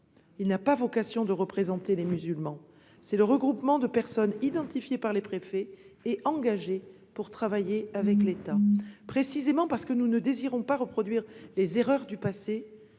il n'a pas vocation à représenter les musulmans. Il s'agit du regroupement de personnes identifiées par les préfets et engagées pour travailler avec l'État. C'est précisément parce que nous ne désirons pas reproduire les erreurs du passé,